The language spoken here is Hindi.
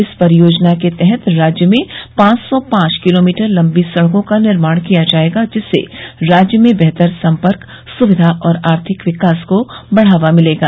इस परियोजना के तहत राज्य में पांच सौ पांच किलोमीटर लम्बी सड़कों का निर्माण किया जायेगा जिससे राज्य में बेहतर संपर्क सुविधा और आर्थिक विकास को बढ़ावा मिलेगा